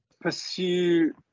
pursue